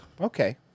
Okay